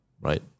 right